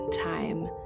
time